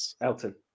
Elton